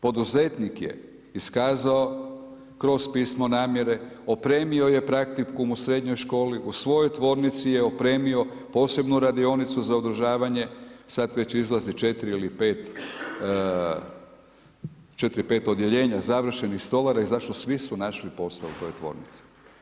Poduzetnik je iskazao kroz pismo namjere, opremio je praktikum u srednjoj školi, u svojoj tvornici je opremio posebnu radionicu za održavanje, sada već izlazi 4 ili 5, 4 ili 5 odjeljenja završenih stolara i za što svi su našli posao u toj tvornici.